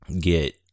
get